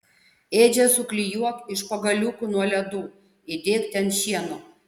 ėdžias suklijuok iš pagaliukų nuo ledų įdėk ten šieno